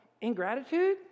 ingratitude